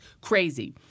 crazy